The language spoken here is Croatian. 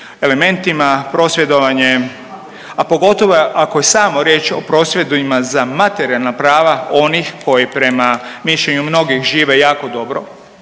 elementima. Prosvjedovanjem, a pogotovo ako je samo riječ o prosvjednima za materijalna prava onih koji prema mišljenju mnogih žive jako dobro,